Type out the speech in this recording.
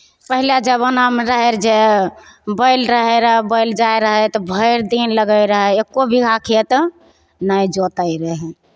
पहिला जमानामे रहैत रहय जे बैल रहैत रहय बैल गाय रहय तऽ भरिदिन लगैत रहय एक्को बीघा खेत नहि जोतैत रहय